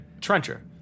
trencher